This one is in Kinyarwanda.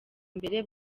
mbere